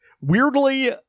Weirdly